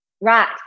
right